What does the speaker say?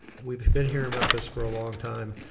we've been hearing about this for a long time.